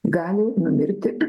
gali numirti